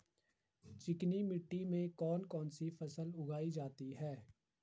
चिकनी मिट्टी में कौन कौन सी फसल उगाई जाती है?